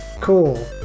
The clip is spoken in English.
Cool